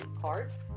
cards